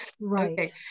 right